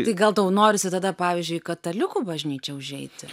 tai gal tau norisi tada pavyzdžiui į katalikų bažnyčią užeiti